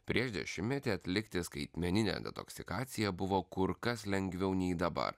prieš dešimtmetį atlikti skaitmeninę detoksikaciją buvo kur kas lengviau nei dabar